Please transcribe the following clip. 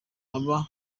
baba